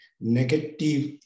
negative